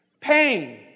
pain